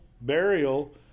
burial